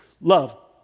Love